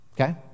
Okay